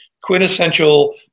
quintessential